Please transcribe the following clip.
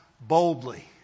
boldly